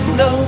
no